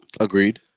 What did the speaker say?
agreed